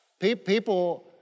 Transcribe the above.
people